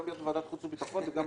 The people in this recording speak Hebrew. גם להיות בוועדת חוץ וביטחון וגם